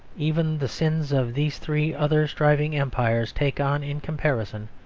even the sins of these three other striving empires take on, in comparison,